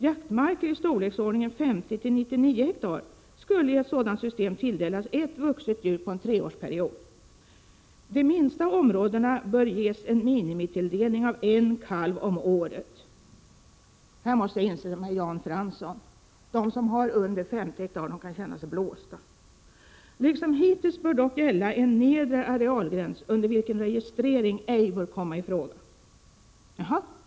Jaktmarker i storleksordningen 50-99 ha skulle i ett sådant system tilldelas ett vuxet djur på en treårsperiod. De minsta områdena bör ges en minimitilldelning av en kalv om året.” Här måste jag instämma med Jan Fransson. De som har under 50 ha kan känna sig blåsta. ”Liksom hittills bör dock gälla en nedre arealgräns under vilken registrering ej bör komma i fråga.” Jaha!